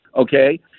okay